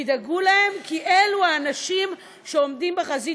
תדאגו להם כי אלה האנשים שעומדים בחזית